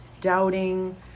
doubting